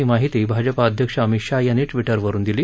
ही माहिती भाजपा अध्यक्ष अमित शाहा यांनी ट्विटरवरुन दिली